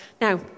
Now